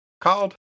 called